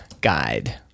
guide